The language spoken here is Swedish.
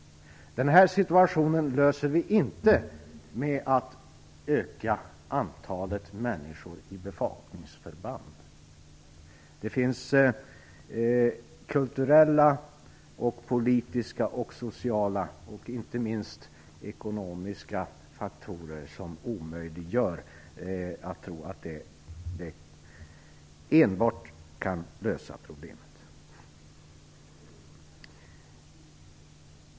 Den här situationen löser vi inte genom att öka antalet människor i bevakningsförband. Det finns kulturella, politiska, sociala och inte minst ekonomiska faktorer som gör det omöjligt att tro att enbart det kan lösa problemet.